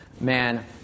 Man